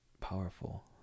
powerful